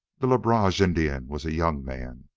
the le barge indian was a young man,